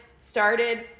started